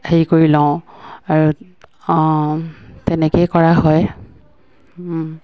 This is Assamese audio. হেৰি কৰি লওঁ আৰু তেনেকৈয়ে কৰা হয়